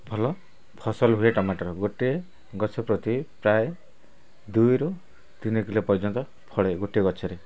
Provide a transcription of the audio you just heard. ଭଲ ଫସଲ ହୁଏ ଟମାଟର୍ ଗୋଟେ ଗଛ ପ୍ରତି ପ୍ରାୟେ ଦୁଇରୁ ତିନି କିଲୋ ପର୍ଯ୍ୟନ୍ତ ଫଳେ ଗୋଟେ ଗଛରେ